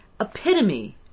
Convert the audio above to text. epitome